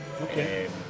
Okay